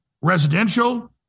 residential